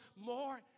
more